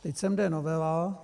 Teď sem jde novela.